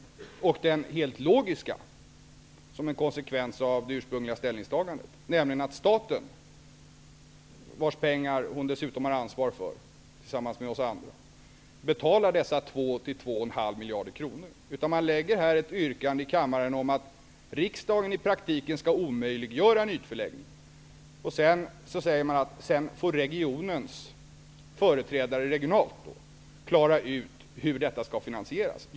Den utvägen är den helt logiska som en konsekvens av det ursprungliga ställningstagandet, nämligen att staten, vars pengar hon dessutom har ansvar för tillsammans med oss andra, betalar dessa 2--2,5 Man lägger ett yrkande här i kammaren om att riksdagen i praktiken skall omöjliggöra en ytförläggning. Sedan säger man att regionens företrädare får klara ut hur detta skall finansieras regionalt.